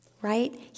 right